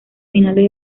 finales